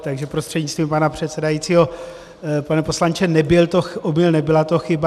Takže prostřednictvím pana předsedajícího pane poslanče, nebyl to omyl, nebyla to chyba.